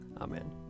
Amen